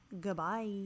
Goodbye